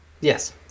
yes